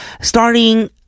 starting